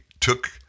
took